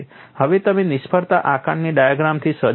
હવે તમે નિષ્ફળતા આકારણી ડાયાગ્રામથી સજ્જ છો